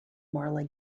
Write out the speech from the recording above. marla